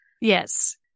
Yes